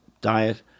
diet